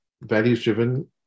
values-driven